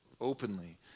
openly